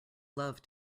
love